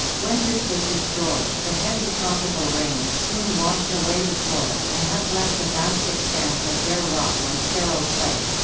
when this was destroyed, the heavy tropical rains soon washed away the soil, and has left a vast expanse of bare rock or sterile clay.